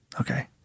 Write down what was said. Okay